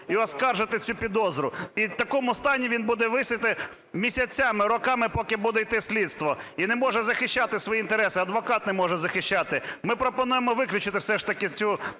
і оскаржити цю підозру. І в такому стані він буде висіти місяцями, роками, поки буде іти слідство, і не може захищати свої інтереси, адвокат не може захищати. Ми пропонуємо виключити все ж таки цю норму,